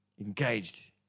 engaged